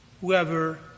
whoever